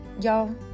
y'all